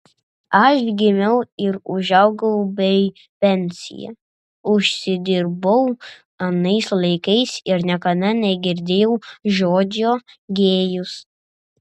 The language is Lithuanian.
aš gimiau ir užaugau bei pensiją užsidirbau anais laikais ir niekada negirdėjau žodžio gėjus